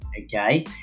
Okay